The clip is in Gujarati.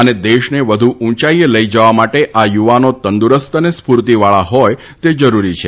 અને દેશને વધુ ઉંચાઇએ લઇ જવા માટે આ યુવાનો તંદુરસ્ત અને સ્ક્રૂર્તિ વાળા હોથ તે જરૂરી છે